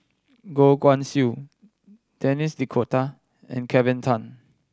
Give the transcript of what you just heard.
Goh Guan Siew Denis D'Cotta and Kelvin Tan